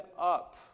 up